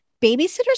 babysitters